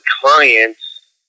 clients